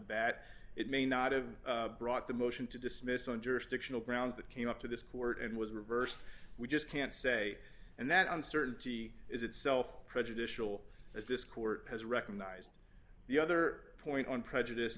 bat it may not have brought the motion to dismiss on jurisdictional grounds that came up to this court and was reversed we just can't say and that uncertainty is itself prejudicial as this court has recognized the other point on prejudice